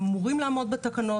הם אמורים לעמוד בתקנות,